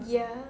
ya